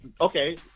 Okay